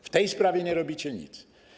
W tej sprawie nie robicie nic.